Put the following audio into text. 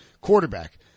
quarterback